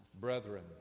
Brethren